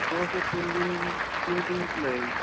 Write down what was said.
دو سے تین دن تین دن لگیں گے